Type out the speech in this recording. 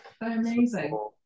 Amazing